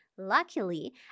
Luckily